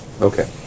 Okay